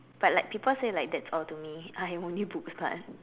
but like people say like that's all to me I am only book smart